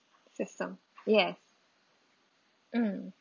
system yes mm